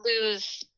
lose